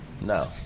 No